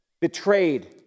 betrayed